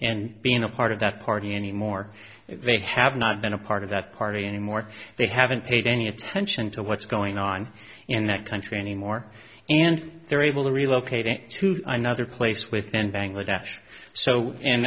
and being a part of that party anymore they have not been a part of that party anymore they haven't paid any attention to what's going on in that country anymore and they're able to relocating to another place within bangladesh so in